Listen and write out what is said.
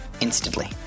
instantly